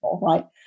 right